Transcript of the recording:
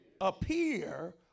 Appear